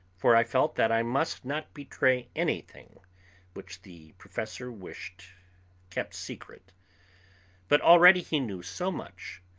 for i felt that i must not betray anything which the professor wished kept secret but already he knew so much,